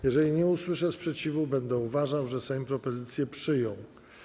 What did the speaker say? Jeśli nie usłyszę sprzeciwu, będę uważał, że Sejm propozycję przyjął.